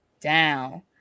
down